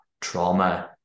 trauma